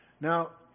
Now